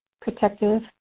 protective